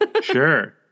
Sure